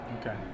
okay